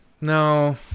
No